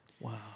wow